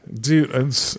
dude